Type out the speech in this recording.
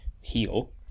heal